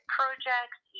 projects